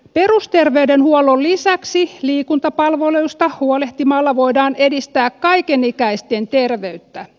perusterveydenhuollon lisäksi liikuntapalveluista huolehtimalla voidaan edistää kaikenikäisten terveyttä